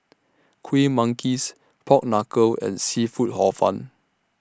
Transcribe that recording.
Kuih Manggis Pork Knuckle and Seafood Hor Fun